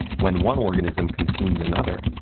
when one organism consumes another,